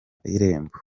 irembo